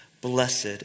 Blessed